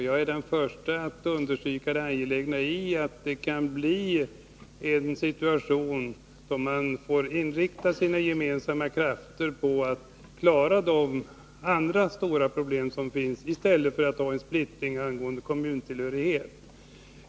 Jag är den första att understryka att situationen kan bli sådan att det blir mer angeläget att inrikta sina krafter på att lösa de övriga stora problem som finns än att ägna sig åt frågan om kommuntillhörighet, som ju orsakar splittring.